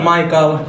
Michael